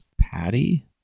Patty